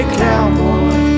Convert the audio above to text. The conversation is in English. cowboy